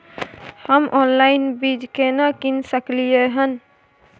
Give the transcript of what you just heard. हम ऑनलाइन बीज केना कीन सकलियै हन?